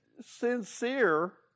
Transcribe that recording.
sincere